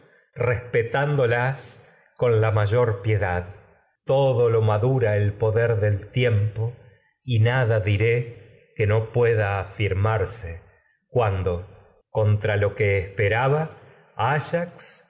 respetándolas con madura el la piedad todo lo que poder del tiempo y diré no pueda afirmarse se cuando contra lo que ces esperaba ayax